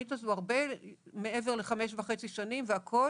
התוכנית הזו הרבה מעבר לחמש וחצי שנים והכול,